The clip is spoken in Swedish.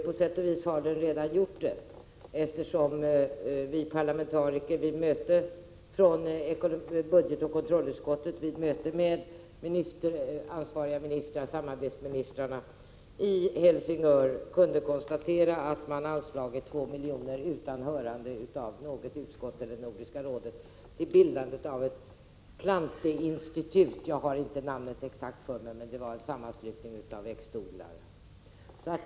På sätt och vis har det redan skett, eftersom vi parlamentariker från budgetoch kontrollutskottet vid möte med ansvariga ministrar kunde konstatera att man anslagit 2 milj.kr. till bildande av ett planteinstitut — jag har inte namnet exakt, men det var en sammanslutning av växtodlare — utan hörande av något utskott eller Nordiska rådet.